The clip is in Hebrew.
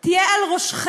אליה תהיה על ראשכם.